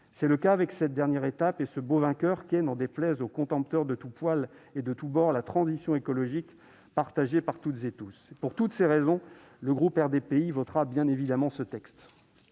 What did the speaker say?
C'est le cas avec cette dernière étape et ce beau vainqueur qu'est, n'en déplaise aux contempteurs de tous poils et de tous bords, la transition écologique partagée par toutes et tous. Pour toutes ces raisons, le groupe RDPI votera bien évidemment ce texte.